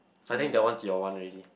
I think that one's your one already